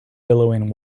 billowing